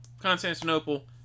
Constantinople